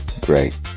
great